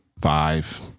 five